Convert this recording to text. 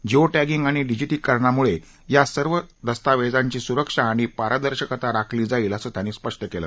Jio tagging आणि डिजिटलीकरणामुळे या सर्व दस्तावेजांची सुरक्षा आणि पारदर्शकता राखली जाईल असं त्यांनी सांगितलं